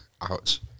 Ouch